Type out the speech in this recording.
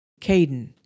Caden